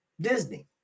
Disney